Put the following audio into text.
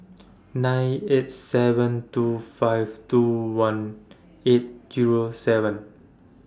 nine eight seven two five two one eight Zero seven